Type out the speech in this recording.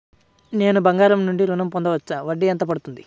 నేను బంగారం నుండి ఋణం పొందవచ్చా? వడ్డీ ఎంత పడుతుంది?